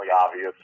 obvious